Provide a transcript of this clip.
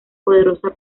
poderosa